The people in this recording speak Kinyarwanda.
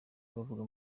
bavuye